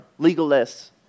legalists